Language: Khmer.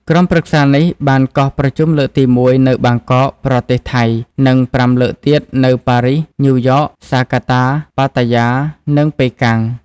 ក្រុមប្រឹក្សានេះបានកោះប្រជុំលើកទីមួយ នៅបាងកក ប្រទេសថៃ និង ៥លើកទៀតនៅ ប៉ារីស ញ៉ូយ៉ក ហ្សាកាតា ប៉ាតាយា និងប៉េកាំង។